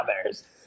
others